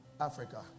africa